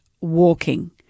Walking